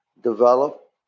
develop